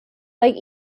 like